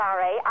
sorry